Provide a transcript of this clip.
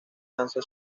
danza